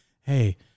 Hey